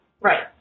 Right